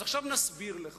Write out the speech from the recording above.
אז עכשיו נסביר לך,